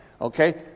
okay